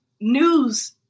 news